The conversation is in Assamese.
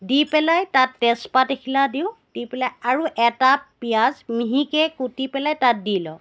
দি পেলাই তাত তেজপাত এখিলা দিওঁ দি পেলাই আৰু এটা পিঁয়াজ মিহিকৈ কুটি পেলাই তাত দি লওঁ